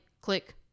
click